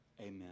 amen